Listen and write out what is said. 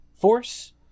force